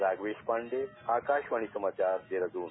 राघवेश पांडे आकाशवाणी समाचार देहरादून